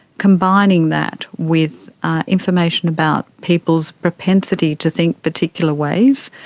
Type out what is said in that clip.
combining that with information about people's propensity to think particular ways,